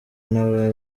n’aba